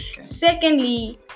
Secondly